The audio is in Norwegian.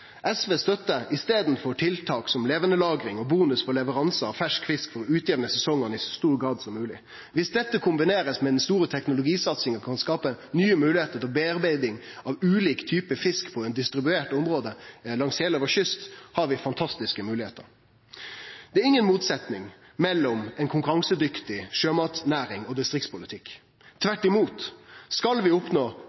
SV støttar i staden for tiltak som levandelagring bonus på leveranse av fersk fisk for å utjamne sesongane i så stor grad som mogleg. Dersom dette blir kombinert med ei stor teknologisatsing og kan skape nye moglegheiter for bearbeiding av ulike typar fisk på eit distribuert område langs heile kysten vår, har vi fantastiske moglegheiter. Det er ingen motsetnad mellom ei konkurransedyktig sjømatnæring og distriktspolitikk.